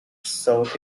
south